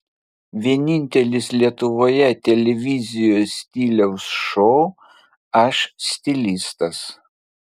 vienintelis lietuvoje televizijos stiliaus šou aš stilistas